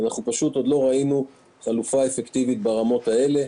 עוד לא ראינו חלופה אפקטיבית ברמות האלה.